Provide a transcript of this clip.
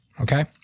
Okay